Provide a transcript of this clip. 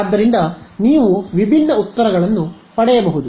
ಆದ್ದರಿಂದ ನೀವು ವಿಭಿನ್ನ ಉತ್ತರಗಳನ್ನು ಪಡೆಯಬಹುದು